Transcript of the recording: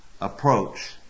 approach